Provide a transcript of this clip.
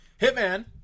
Hitman